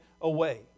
away